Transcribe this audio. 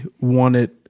wanted-